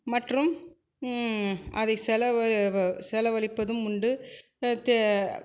மற்றும் அதை செலவ செலவழிப்பதும் உண்டு தே